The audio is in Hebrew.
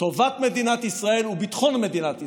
טובת מדינת ישראל וביטחון מדינת ישראל.